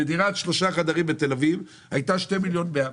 ודירת שלושה חדרים בתל אביב הייתה 2.1 מיליון.